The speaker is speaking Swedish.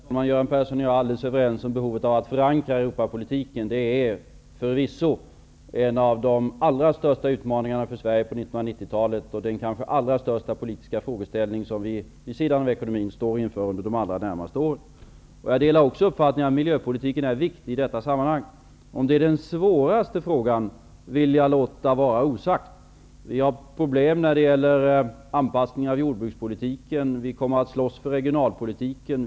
Herr talman! Göran Persson och jag är helt överens om behovet av att förankra Europapolitiken. Det är förvisso en av de allra största utmaningarna för Sverige på 1990-talet, och den kanske allra största politiska frågeställning som vi står inför, vid sidan av ekonomin, under de närmaste åren. Jag delar också uppfattningen att miljöpolitiken är viktig i detta sammanhang. Om det är den svåraste frågan vill jag låta vara osagt. Vi har problem när det gäller anpassningen av jordbrukspolitiken. Vi kommer att slåss för regionalpolitiken.